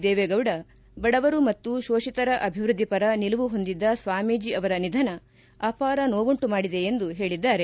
ದೇವೇಗೌಡ ಬಡವರು ಮತ್ತು ಶೋಷಿತರ ಅಭಿವೃದ್ಧಿ ಪರ ನಿಲುವು ಹೊಂದಿದ್ದ ಸ್ವಾಮೀಜಿ ಅವರ ನಿಧನ ಅಪಾರ ನೋವುಂಟು ಮಾಡಿದೆ ಎಂದು ಹೇಳಿದ್ದಾರೆ